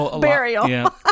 Burial